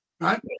right